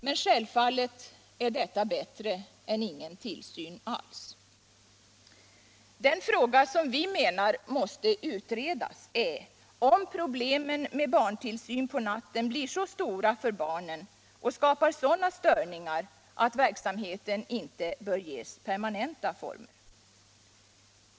Men självfallet är detta bättre än ingen tillsyn alls. Den fråga som måste utredas är om problemen med barntillsyn på natten blir så stora för barnen och skapar sådana störningar att verksamheten inte bör ges permanenta former.